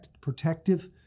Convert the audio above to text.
protective